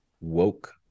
woke